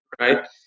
right